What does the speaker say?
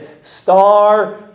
star